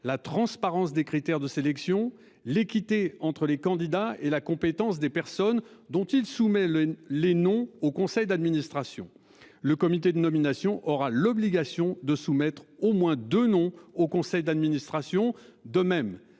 la transparence des critères de sélection, l'équité entre les candidats et la compétence des personnes dont il soumet le les noms au conseil d'administration, le comité de nomination aura l'obligation de soumettre au moins de nom au conseil d'administration de même